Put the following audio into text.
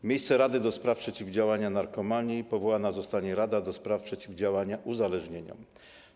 W miejsce Rady do Spraw Przeciwdziałania Narkomanii powołana zostanie Rada do Spraw Przeciwdziałania Uzależnieniom.